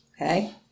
Okay